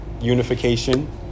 unification